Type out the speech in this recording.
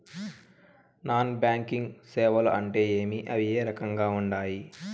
non banking సేవలు అంటే ఏమి అవి ఏ రకంగా ఉండాయి